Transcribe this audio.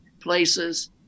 places